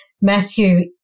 Matthew